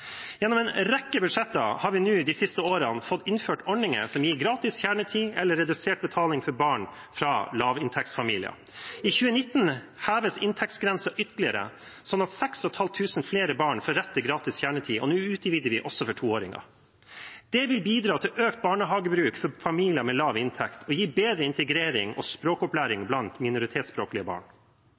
Gjennom en rekke budsjetter har vi de siste årene fått innført ordninger som gir gratis kjernetid eller redusert betaling for barn fra lavinntektsfamilier. I 2019 heves inntektsgrensen ytterligere, sånn at 6 500 flere barn får rett til gratis kjernetid, og nå utvides dette til å gjelde også for toåringer. Det vil bidra til økt barnehagebruk for familier med lav inntekt, og gi bedre integrering og språkopplæring for minoritetsspråklige barn.